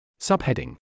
Subheading